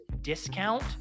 discount